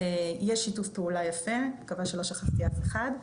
אני מקווה שלא שכחתי אף אחד.